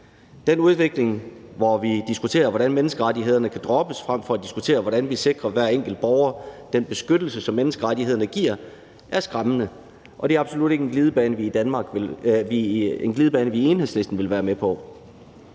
Den udvikling, hvor vi diskuterer, hvordan menneskerettighederne kan droppes, frem for at diskutere, hvordan vi sikrer hver enkelt borger den beskyttelse, som menneskerettighederne giver, er skræmmende. Og det er absolut ikke en glidebane, vi i Enhedslisten vil være med på.